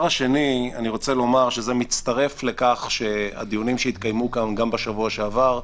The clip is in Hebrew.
אני רוצה לומר שזה מצטרף לכך שהדיונים שהתקיימו כאן גם בשבוע שעבר,